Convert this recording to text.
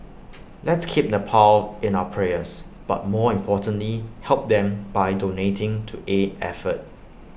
let's keep Nepal in our prayers but more importantly help them by donating to aid effort